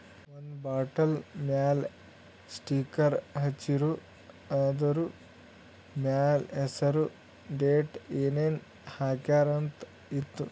ಒಂದ್ ಬಾಟಲ್ ಮ್ಯಾಲ ಸ್ಟಿಕ್ಕರ್ ಹಚ್ಚಿರು, ಅದುರ್ ಮ್ಯಾಲ ಹೆಸರ್, ಡೇಟ್, ಏನೇನ್ ಹಾಕ್ಯಾರ ಅಂತ್ ಇತ್ತು